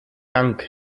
dank